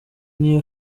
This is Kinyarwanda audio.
niyo